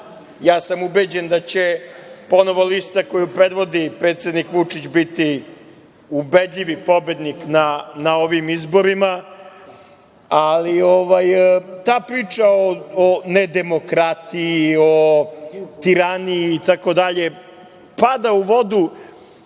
Ja sam ubeđen da će ponovo lista koju predvodi predsednik Vučić biti ubedljivi pobednik na ovim izborima, ali ta priča o nedemokratiji, o tiraniji itd. pada u vodu. Jedan